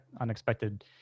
unexpected